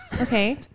okay